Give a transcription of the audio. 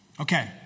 Okay